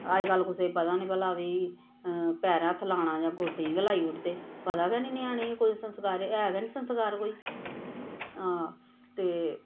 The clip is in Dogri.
अजकल्ल कुसै गी पता नेईं भला भई पैरें हत्थ लाना जा गोड्डे गी गै लाई ओड़दे पता गै नेईं ञ्याणे गी कोई संस्कार है गै नी संस्कार कोई हां ते